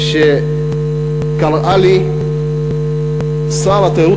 קראה לי "שר התיירות